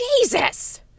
Jesus